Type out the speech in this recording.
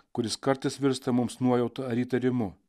kuris kartais virsta mums nuojauta ar įtarimu